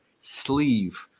sleeve